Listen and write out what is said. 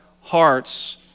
hearts